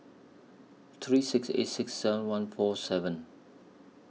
three six eight six seven one four seven